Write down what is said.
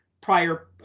prior